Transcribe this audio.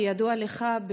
כידוע לך,